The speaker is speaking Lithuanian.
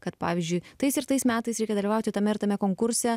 kad pavyzdžiui tais ir tais metais reikia dalyvauti tame ir tame konkurse